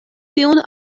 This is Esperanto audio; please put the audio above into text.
tion